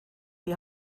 die